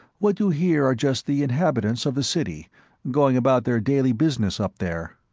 what you hear are just the inhabitants of the city going about their daily business up there.